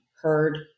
heard